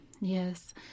Yes